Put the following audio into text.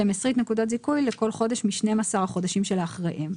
שתים-עשרית נקודת זיכוי לכל חודש מ-12 החודשים שלאחריהם.